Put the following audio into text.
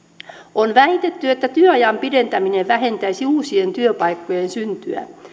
on väitetty että työajan pidentäminen vähentäisi uusien työpaikkojen syntyä